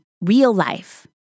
real-life